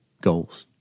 goals